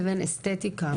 לבין אסתטיקה.